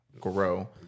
grow